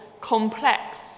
complex